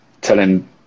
telling